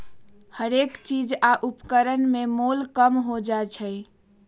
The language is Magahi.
हरेक चीज आ उपकरण में मोल कम हो जाइ छै